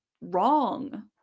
wrong